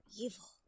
evil